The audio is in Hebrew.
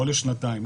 לא לשנתיים,